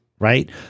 Right